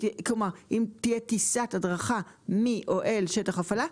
כלומר אם תהיה טיסת הדרכה מ-או-אל שטח הפעלה,